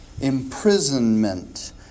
imprisonment